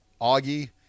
Augie